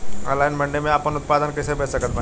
Online मंडी मे आपन उत्पादन कैसे बेच सकत बानी?